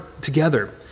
together